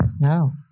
No